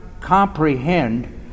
comprehend